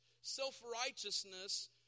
self-righteousness